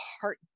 heart